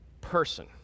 person